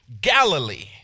Galilee